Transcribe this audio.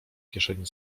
kieszeni